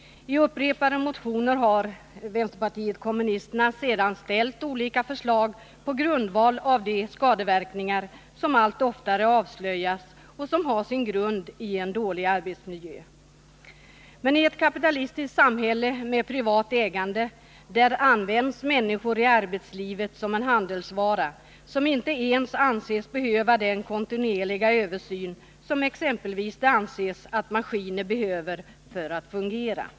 I upprepade motioner har vpk sedan ställt olika förslag på grundval av de skadeverkningar som allt oftare avslöjas och som har sin grund i en dålig arbetsmiljö. Men i ett kapitalistiskt samhälle med privat ägande används människor i arbetslivet som en handelsvara, som inte ens anses behöva den kontinuerliga översyn som exempelvis maskiner anses behöva för att fungera.